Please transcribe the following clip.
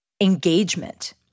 engagement